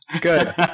Good